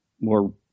more